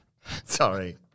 sorry